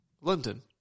London